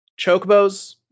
chocobos